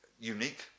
unique